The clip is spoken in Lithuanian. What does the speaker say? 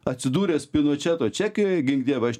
atsidūręs pinočeto čekijoj gink dieve aš